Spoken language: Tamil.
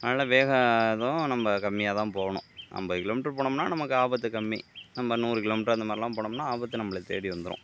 அதனால் வேகம் இதுவும் நம்ம கம்மியாக தான் போகணும் ஐம்பது கிலோமீட்டர் போனோம்னா நமக்கு ஆபத்து கம்மி நம்ம நூறு கிலோமீட்டர் அந்த மாதிரில்லாம் போனோம்னா ஆபத்து நம்மளை தேடி வந்துடும்